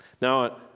Now